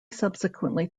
subsequently